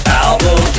album